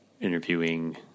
interviewing